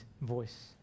voice